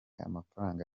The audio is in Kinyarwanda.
amafaranga